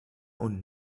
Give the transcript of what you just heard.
und